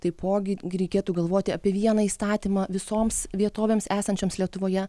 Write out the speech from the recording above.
taipogi reikėtų galvoti apie vieną įstatymą visoms vietovėms esančioms lietuvoje